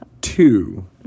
Two